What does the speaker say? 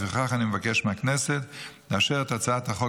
לפיכך אני מבקש מהכנסת לאשר את הצעת החוק